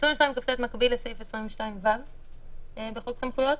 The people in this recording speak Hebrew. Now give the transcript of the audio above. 22כט מקביל לסעיף 22ו בחוק סמכויות,